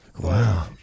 Wow